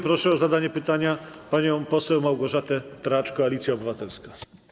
Proszę o zadanie pytania panią poseł Małgorzatę Tracz, Koalicja Obywatelska.